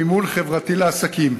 מימון חברתי לעסקים).